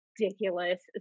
ridiculous